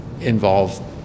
involve